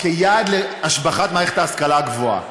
כיעד להשבחת מערכת ההשכלה הגבוהה.